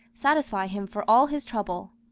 satisfy him for all his trouble.